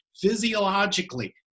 Physiologically